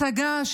הצגה,